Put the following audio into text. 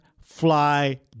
fly